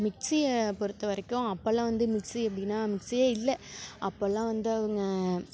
மிக்ஸியை பொறுத்த வரைக்கும் அப்போலாம் வந்து மிக்ஸி அப்படின்னா மிக்ஸியே இல்லை அப்போலாம் வந்து அவங்க